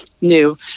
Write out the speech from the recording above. new